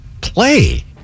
play